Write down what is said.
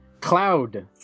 Cloud